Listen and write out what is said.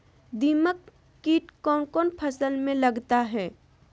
दीमक किट कौन कौन फसल में लगता है?